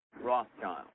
Rothschild